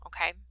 okay